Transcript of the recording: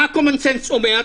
מה הקומונסנס אומר?